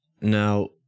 Now